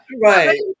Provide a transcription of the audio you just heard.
right